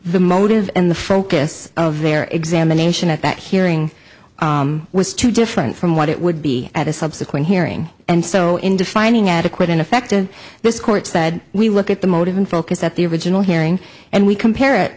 the motive and the focus of their examination at that hearing was too different from what it would be at a subsequent hearing and so in defining adequate in effect of this court said we look at the motive and focus at the original hearing and we compare it